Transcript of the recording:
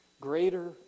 Greater